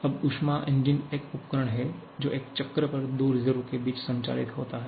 अब ऊष्मा इंजन एक उपकरण है जो एक चक्र पर दो रिसर्वोइएर के बीच संचालित होता है